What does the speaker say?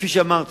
כפי שאמרתי,